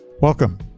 Welcome